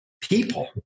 people